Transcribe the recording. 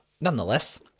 Nonetheless